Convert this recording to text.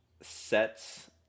sets